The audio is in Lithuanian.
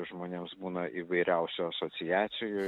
žmonėms būna įvairiausių asociacijų